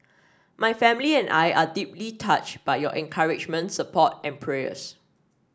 my family and I are deeply touched by your encouragement support and prayers